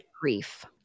grief